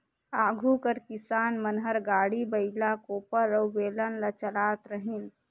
आघु कर किसान मन हर गाड़ी, बइला, कोपर अउ बेलन ल चलात रहिन